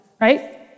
right